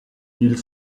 ils